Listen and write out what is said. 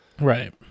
Right